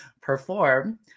perform